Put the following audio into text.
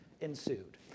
ensued